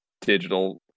digital